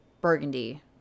burgundy